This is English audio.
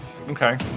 Okay